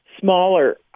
smaller